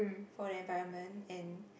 for the environment and